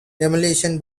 demolition